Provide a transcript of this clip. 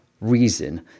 reason